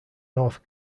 north